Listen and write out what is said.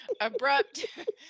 Abrupt